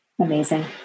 Amazing